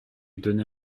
donner